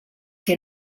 que